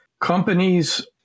companies